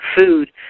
food